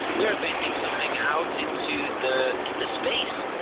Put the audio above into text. we are venting something out into the into space.